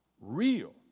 Real